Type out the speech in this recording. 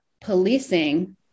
policing